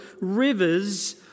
rivers